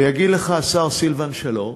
ויגיד לך השר סילבן שלום